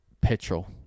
petrol